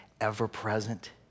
ever-present